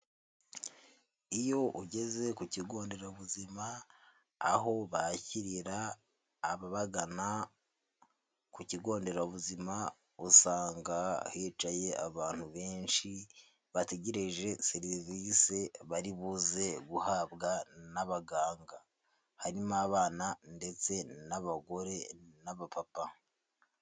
Iyo ugeze ku kigo nderabuzima, aho bakirira ababagana ku kigo nderabuzima usanga hicaye abantu benshi bategereje serivise bari buze guhabwa n'abaganga. Harimo abana ndetse n'abagore n'abapapa.